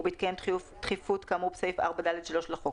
ובהתקיים דחיפות כאמור סעיף 4(ד)(3) לחוק,